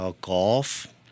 golf